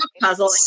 puzzle